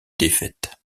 défaite